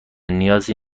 نیازی